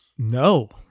No